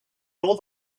nor